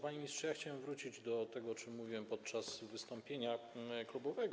Panie ministrze, ja chciałem wrócić do tego, o czym mówiłem podczas wystąpienia klubowego.